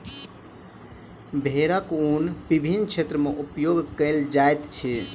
भेड़क ऊन विभिन्न क्षेत्र में उपयोग कयल जाइत अछि